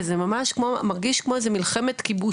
וזה ממש מרגיש כמו איזה מלחמת כיבוש,